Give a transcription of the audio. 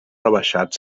rebaixat